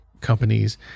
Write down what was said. companies